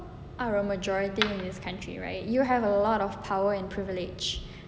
are a majority in this country right you have a lot of power and privilege